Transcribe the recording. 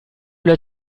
l’as